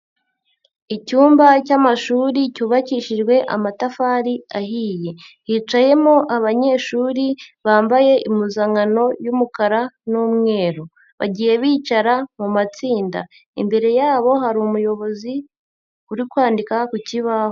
Icyumba cy'amashuri cyubakishijwe amatafari ahiye, hicayemo abanyeshuri bambaye impuzankano y'umukara n'umweru, bagiye bicara mu matsinda. Imbere yabo hari umuyobozi uri kwandika ku kibaho.